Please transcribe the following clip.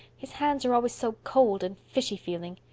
his hands are always so cold and fishy-feeling.